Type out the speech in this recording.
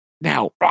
now